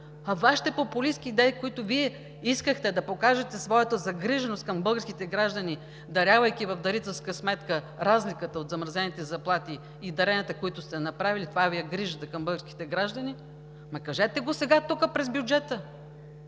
а Вашите популистки идеи, с които Вие искахте да покажете своята загриженост към българските граждани, дарявайки в дарителска сметка разликата от замразените заплати и даренията, които сте направили, това Ви е грижата към българските граждани, ама кажете го сега тук през бюджета,